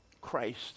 Christ